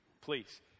Please